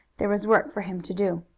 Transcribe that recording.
there was work for him to do.